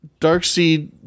Darkseed